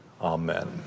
Amen